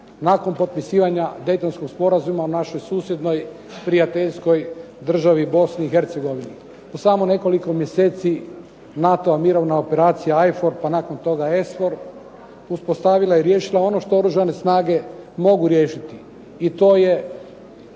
nakon potpisivanja Daytonskog sporazuma u našoj susjednoj prijateljskoj državi Bosni i Hercegovini. U samo nekoliko mjeseci NATO-ova mirovna operacija IFOR, pa nakon toga ESFOR uspostavila je i riješila ono što oružane snage mogu riješiti i to je